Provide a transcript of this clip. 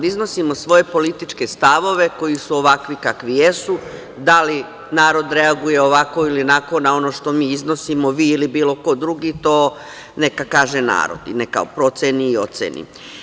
Iznosimo svoje političke stavove koji su ovakvi kakvi jesu, da li narod reaguje ovako ili onako na ono što mi iznosimo, vi ili bilo ko drugi, to neka kaže narod i neka proceni i oceni.